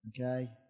okay